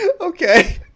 Okay